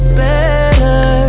better